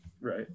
right